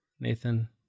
Nathan